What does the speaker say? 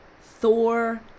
Thor-